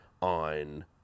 on